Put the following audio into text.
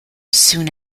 soon